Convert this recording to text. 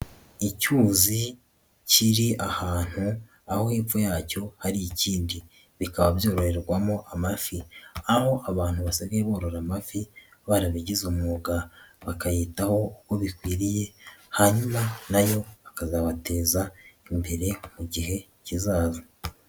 Icyuzi kiri ahantu aho hepfo yacyo hari ikindi bikaba byoroherwamo amafi, aho abantu basigaye borora amafi barabigize umwuga bakayitaho uko bikwiriye hanyuma na yo akazabateza imbere mu gihe kizaza.